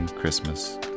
Christmas